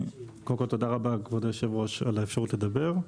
תודה רבה, כבוד היושב-ראש, על האפשרות לדבר.